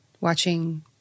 watching